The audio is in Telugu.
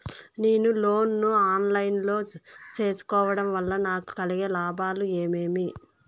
నేను లోను ను ఆన్ లైను లో సేసుకోవడం వల్ల నాకు కలిగే లాభాలు ఏమేమీ?